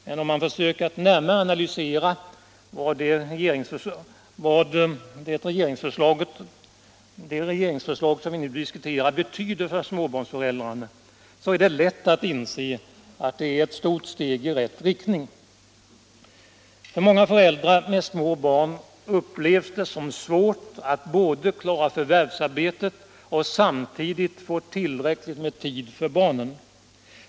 Men om man försöker att närmare analysera vad det regeringsförslag som vi nu diskuterar betyder för småbarnsföräldrarna är det lätt att inse att förslaget innebär ett stort steg i rätt riktning. För många föräldrar med små barn upplevs det som svårt att både klara av förvärvsarbete och få tillräckligt med tid över för barnen.